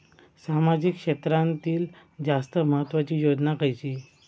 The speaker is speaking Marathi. सामाजिक क्षेत्रांतील जास्त महत्त्वाची योजना खयची?